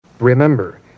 Remember